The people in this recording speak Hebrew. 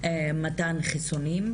מתן חיסונים,